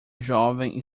jovem